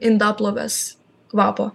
indaplovės kvapo